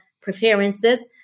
preferences